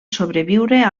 sobreviure